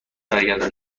برگردم